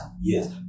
Yes